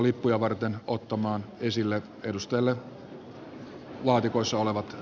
pyydän edustajia ottamaan esiin laatikoissa olevat